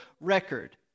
record